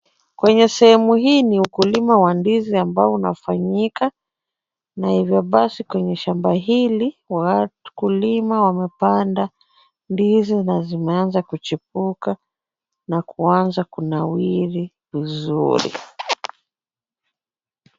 Kwenye sehemu hii ni ukulima wa ndizi ambao unafanyika. Na hivyo basi kwenye shamba hili wa kulima wamepanda ndizi na zimeanza kuchipuka, na kuanza kunawiri vizuri.